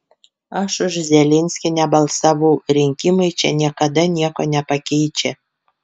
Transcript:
aš už zelenskį nebalsavau rinkimai čia niekada nieko nepakeičia